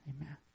Amen